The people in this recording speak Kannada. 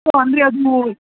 ಸೊ ಅಂದರೆ ಅದು